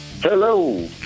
Hello